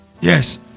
yes